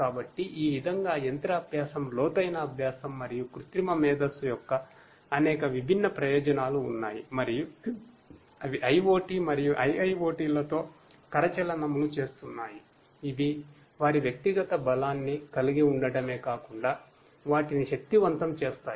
కాబట్టి ఈ విధంగా మెషిన్ లెర్నింగ్ యొక్క అనేక విభిన్న ప్రయోజనాలు ఉన్నాయి మరియు అవి IoT మరియు IIoT లతో కరచాలనములు చేస్తున్నాయి ఇవి వారి వ్యక్తిగత బలాన్ని కలిగి ఉండటమే కాకుండా వాటిని శక్తివంతం చేస్తాయి